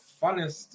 funnest